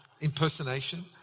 impersonation